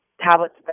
tablets